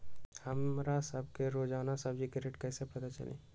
हमरा सब के रोजान सब्जी के रेट कईसे पता चली?